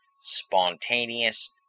Spontaneous